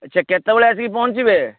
ଆଚ୍ଛା କେତେବେଳେ ଆସିକି ପହଞ୍ଚିବେ